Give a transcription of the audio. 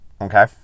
okay